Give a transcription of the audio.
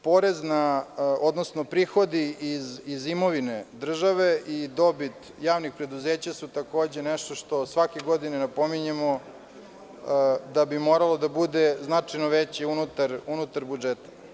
Prihodi iz imovine države i dobit javnih preduzeća su takođe nešto što svake godine napominjemo da bi moralo da bude značajno veće unutar budžeta.